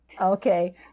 Okay